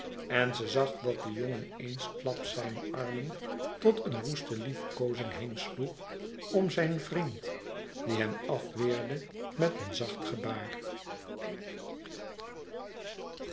en ze zag dat de jongen eensklaps zijne armen tot eene woeste liefkoozing heensloeg om zijn vriend die hem afweerde met een zacht gebaar